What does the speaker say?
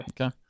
Okay